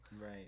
right